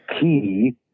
key